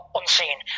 unseen